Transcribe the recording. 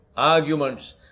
arguments